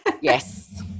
Yes